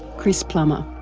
chris plummer.